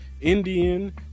Indian